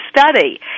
study